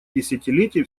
десятилетие